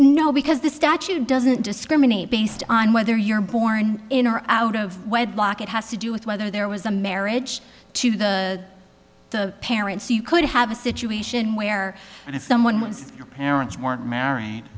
know because the statute doesn't discriminate based on whether you're born in or out of wedlock it has to do with whether there was a marriage to the parents so you could have a situation where if someone was parents weren't married